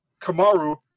Kamaru